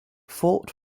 fort